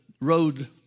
road